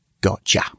gotcha